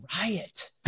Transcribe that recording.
riot